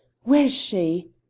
where is she?